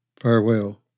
farewell